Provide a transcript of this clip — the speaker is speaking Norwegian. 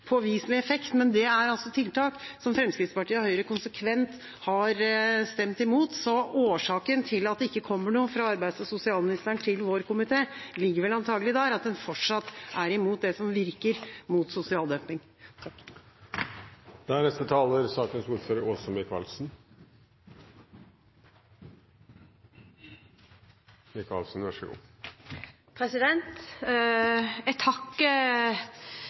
effekt, men det er altså tiltak som Fremskrittspartiet og Høyre konsekvent har stemt imot. Så årsaken til at det ikke kommer noe fra arbeids- og sosialministeren til vår komité, ligger vel antakelig der, at en fortsatt er imot det som virker mot sosial dumping.